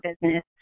business